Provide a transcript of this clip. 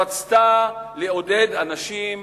רצתה לעודד אנשים